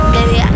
Baby